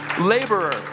laborer